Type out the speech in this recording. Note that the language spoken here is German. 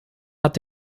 hat